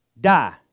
Die